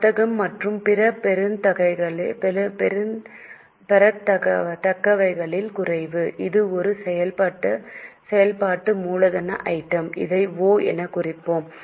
வர்த்தகம் மற்றும் பிற பெறத்தக்கவைகளில் குறைவு இது ஒரு செயல்பாட்டு மூலதன ஐட்டம் இதை ஒ எனக் குறிப்பிடுவோம்